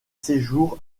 séjours